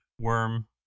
Worm